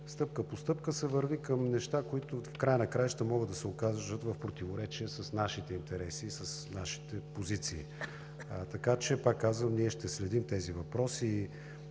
стъпка по стъпка се върви към неща, които в края на краищата могат да се окажат в противоречие с нашите интереси и с нашите позиции. Пак казвам, ние ще следим тези въпроси.